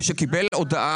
שקיבל הודעה,